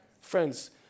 friends